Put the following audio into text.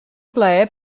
plaer